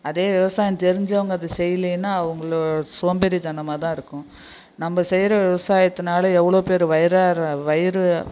அதே விவசாயம் தெரிஞ்சவங்க அது செய்யலைன்னா அவங்களோட சோம்பேறித்தனமாகதான் இருக்கும் நம்ம செய்கிற விவசாயத்தனால் எவ்வளோப்பேர் வயிறார வயிறு